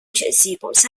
chuyện